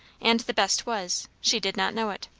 and the best was, she did not know it.